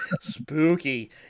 spooky